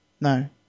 No